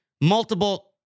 Multiple